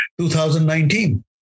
2019